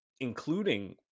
including